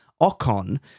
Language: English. ocon